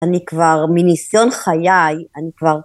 אני כבר מניסיון חיי, אני כבר...